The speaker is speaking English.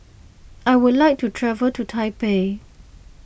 I would like to travel to Taipei